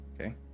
Okay